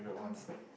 fancy